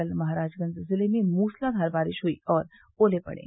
कल महराजगंज जिले में मूसलाधार बारिश हुई और ओले पड़े